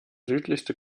südlichste